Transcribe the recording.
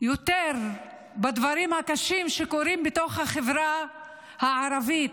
יותר בדברים הקשים שקורים בתוך החברה הערבית,